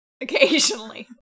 Occasionally